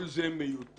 כל זה מיותר.